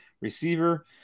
receiver